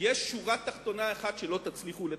יש שורה תחתונה אחת שלא תצליחו לטשטשה,